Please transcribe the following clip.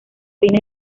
fines